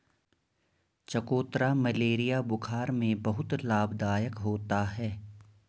चकोतरा मलेरिया बुखार में बहुत लाभदायक होता है